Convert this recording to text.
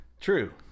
True